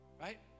Right